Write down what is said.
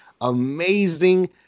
Amazing